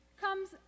comes